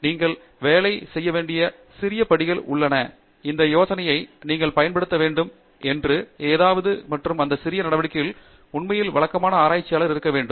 எனவே நீங்கள் வேலை செய்ய வேண்டிய சிறிய படிகள் உள்ளன இந்த யோசனையை நீங்கள் பயன்படுத்த வேண்டும் என்று ஏதாவது மற்றும் அந்த சிறிய நடவடிக்கைகளில் உண்மையில் வழக்கமான ஆராய்ச்சியாளர் இருக்க வேண்டும்